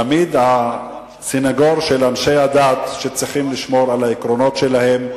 אני תמיד הסניגור של אנשי הדת שצריכים לשמור על העקרונות שלהם.